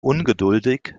ungeduldig